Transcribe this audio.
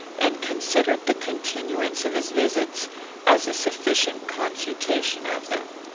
and considered the continuance of his visits as a sufficient confutation of them.